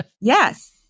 Yes